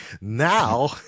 now